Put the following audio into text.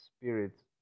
spirits